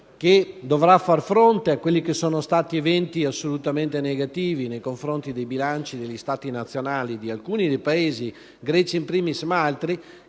che dovrà far fronte a quelli che sono stati eventi assolutamente negativi nei confronti dei bilanci di alcuni dei Paesi, Grecia *in primis* ma anche